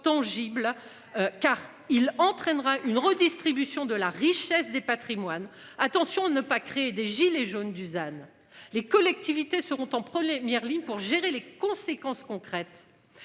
tangible. Car il entraînera une redistribution de la richesse des patrimoines attention ne pas créer des gilets jaunes Dusan les collectivités seront en prenant les ligne pour gérer les conséquences concrètes.